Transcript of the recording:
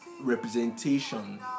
representation